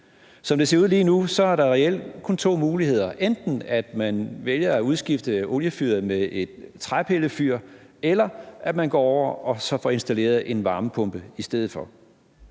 Som det ser ud lige nu, er der reelt kun to muligheder: enten at man vælger at udskifte oliefyret med et træpillefyr, eller at man får installeret en varmepumpe i stedet for.